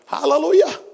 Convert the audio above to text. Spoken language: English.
Hallelujah